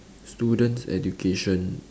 students education